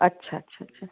अच्छा अच्छा अच्छा